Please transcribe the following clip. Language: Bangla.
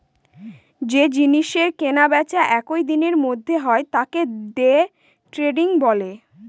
যে জিনিসের কেনা বেচা একই দিনের মধ্যে হয় তাকে দে ট্রেডিং বলে